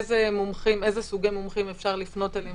איזה סוגי מומחים אפשר לפנות אליהם